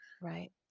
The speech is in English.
right